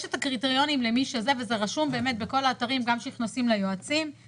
יש את הקריטריונים וזה רשום באמת בכל האתרים גם כשנכנסים ליועצים,